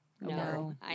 no